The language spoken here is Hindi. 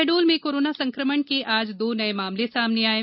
शहडोल में कोरोना संकमण के आज दो नये मामले सामने आये हैं